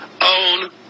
own